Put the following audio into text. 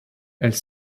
elle